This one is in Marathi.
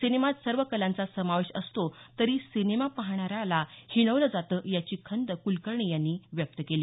सिनेमात सर्व कलांचा समावेश असतो तरी सिनेमा पाहणाऱ्याला हिणवलं जातं याची खंत कुलकर्णी यांनी व्यक्त केली